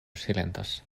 silentas